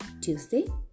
Tuesday